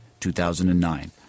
2009